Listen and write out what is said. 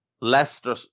Leicester